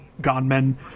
gunmen